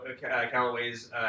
Callaway's